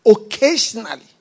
Occasionally